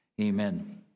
Amen